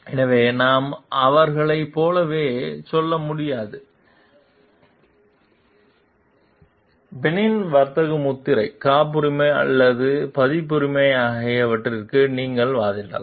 எனவே நாம் அவர்களைப் போலவே சொல்ல முடியும் பென்னி வர்த்தக முத்திரை காப்புரிமை அல்லது பதிப்புரிமை ஆகியவற்றிற்கு நீங்கள் வாதிடலாம்